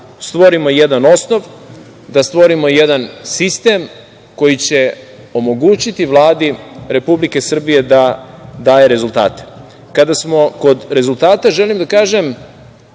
stvorimo jedan osnov, da stvorimo jedan sistem koji će omogućiti Vladi Republike Srbije da daje rezultate. Kada smo kod rezultata, želim da kažem